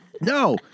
No